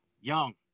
young